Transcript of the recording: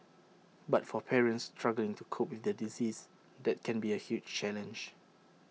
but for parents struggling to cope with their disease that can be A huge challenge